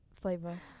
flavor